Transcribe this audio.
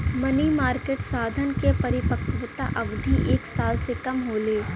मनी market साधन क परिपक्वता अवधि एक साल से कम होले